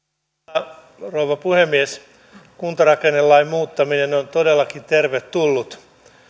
arvoisa rouva puhemies kuntarakennelain muuttaminen on on todellakin tervetullut